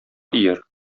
ияр